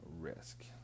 risk